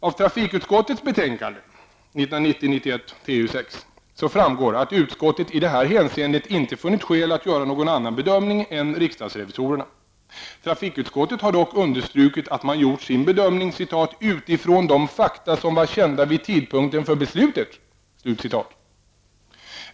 Av trafikutskottets betänkande, 1990/91:TU 6, framgår att utskottet i det här avseendet inte funnit skäl att göra någon annan bedömning än riksdagsrevisorerna. Trafikutskottet har dock understrukit att man gjort sin bedömning ''utifrån de fakta som var kända vid tidpunkten för beslutet''.